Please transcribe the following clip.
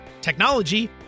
technology